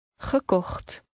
Gekocht